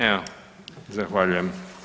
Evo zahvaljujem.